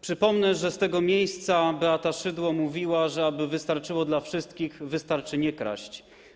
Przypomnę, że z tego miejsca Beata Szydło mówiła, że aby wystarczyło dla wszystkich, wystarczy nie kraść.